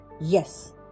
Yes